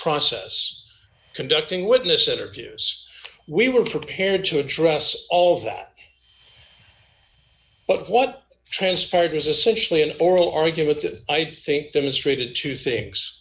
process conducting witness interviews we were prepared to address all of them but what transpired was essentially an oral argument that i think demonstrated to